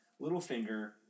Littlefinger